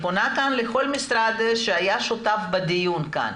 אני פונה כאן לכל משרד שהיה שותף לדיון כאן.